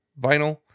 vinyl